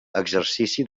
exercici